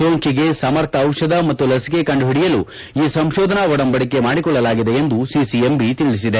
ಸೋಂಕಿಗೆ ಸಮರ್ಥ ಔಷಧ ಮತ್ತು ಲಸಿಕೆ ಕಂಡು ಹಿಡಿಯಲು ಈ ಸಂಶೋಧನಾ ಒಡಂಬಡಿಕೆ ಮಾಡಿಕೊಳ್ಳಲಾಗಿದೆ ಎಂದು ಸಿಸಿಎಂಬಿ ತಿಳಿಸಿದೆ